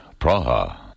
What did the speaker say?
Praha